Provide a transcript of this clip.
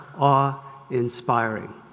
awe-inspiring